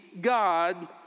God